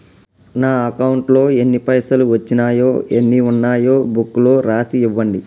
నా అకౌంట్లో ఎన్ని పైసలు వచ్చినాయో ఎన్ని ఉన్నాయో బుక్ లో రాసి ఇవ్వండి?